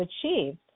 achieved